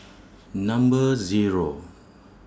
Number Zero